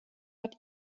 hat